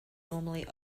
normally